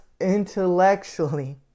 intellectually